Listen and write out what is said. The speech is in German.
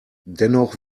dennoch